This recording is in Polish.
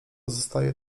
zostaje